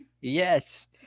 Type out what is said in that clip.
Yes